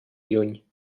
lluny